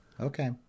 Okay